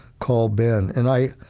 called ben and i,